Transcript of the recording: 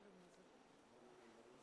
שלישי, הוא נאומים בני